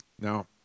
Now